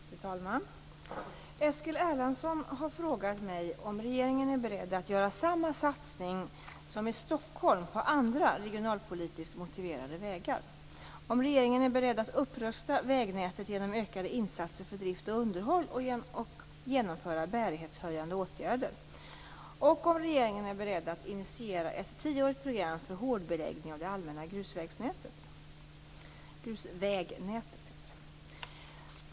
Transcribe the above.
Fru talman! Eskil Erlandsson har frågat mig om regeringen är beredd att göra samma satsning som i Stockholm på andra regionalpolitiskt motiverade vägar, om regeringen är beredd att upprusta vägnätet genom ökade insatser för drift och underhåll och genomföra bärighetshöjande åtgärder, och om regeringen är beredd att initiera ett tioårigt program för hårdbeläggning av det allmänna grusvägnätet.